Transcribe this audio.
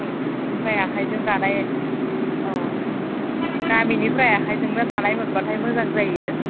ओमफ्राय आखायजों दानाय अ गामिनिफ्राय आखायजोंनो दानाय मोनबाथाय मोजां जायो